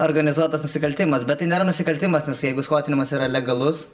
organizuotas nusikaltimas bet tai nėra nusikaltimas nes jeigu skvotinimas yra legalus